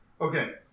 Okay